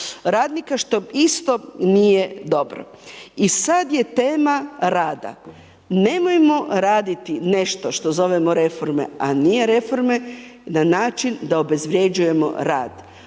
radnika što isto nije dobro. I sad je tema rada, nemojmo raditi nešto što zovemo reforme, a nije reforme na način da obezvrjeđujemo rad.